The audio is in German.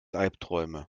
albträume